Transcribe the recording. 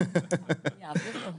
היה בזמנו